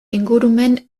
ingurumen